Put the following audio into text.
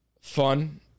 fun